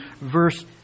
verse